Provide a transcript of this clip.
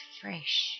fresh